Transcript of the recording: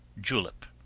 Julep